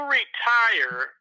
retire